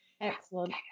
Excellent